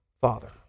Father